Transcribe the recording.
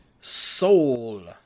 Soul